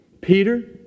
Peter